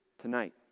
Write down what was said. tonight